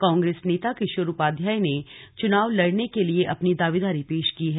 कांग्रेस नेता किशोर उपाध्याय ने चुनाव लड़ने के लिए अपनी दावेदारी पेश की है